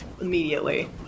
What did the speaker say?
immediately